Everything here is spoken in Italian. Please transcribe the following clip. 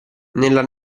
nella